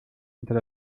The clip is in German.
unter